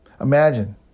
imagine